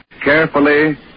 carefully